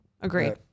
agreed